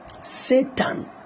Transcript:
satan